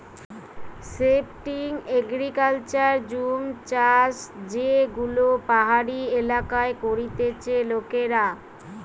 shifting agriculture jhum চাষযেগুলো পাহাড়ি এলাকায় করতিছে লোকেরা